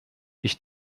ich